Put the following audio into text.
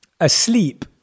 asleep